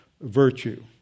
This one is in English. virtue